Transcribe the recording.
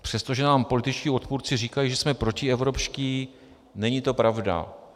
Přestože nám političtí odpůrci říkají, že jsme protievropští, není to pravda.